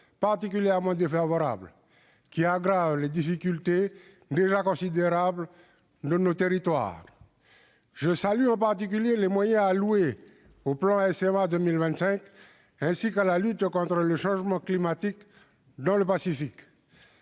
particulièrement défavorable, qui aggrave les difficultés déjà considérables de nos territoires. Je salue en particulier les moyens alloués au plan SMA 2025+ ainsi qu'à la lutte contre le changement climatique dans le Pacifique.